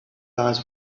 eyes